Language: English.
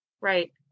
Right